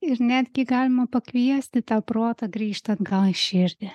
ir netgi galima pakviesti tą protą grįžt atgal į širdį